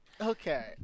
Okay